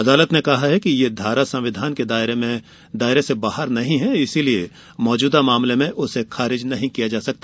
अदालत ने कहा कि यह धारा संविधान के दायरे से बाहर नहीं है इसलिए मौजूदा मामले में उसे खारिज नहीं किया जा सकता